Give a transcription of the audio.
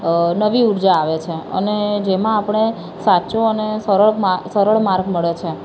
અ નવી ઉર્જા આવે છે અને જેમાં આપણે સાચો અને સરળ મા સરળ માર્ગ મળે છે